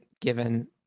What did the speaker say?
given